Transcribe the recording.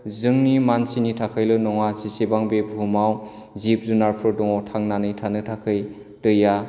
जोंनि मानसिनि थाखायल' नङा जेसेबां बे बुहुमाव जिब जुनारफोर दङ थांनानै थानो थाखाय दैआ